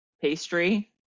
pastry